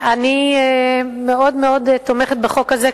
אני מאוד מאוד תומכת בחוק הזה,